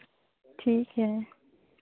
ठीक है